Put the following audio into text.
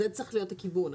זה צריך להיות הכיוון.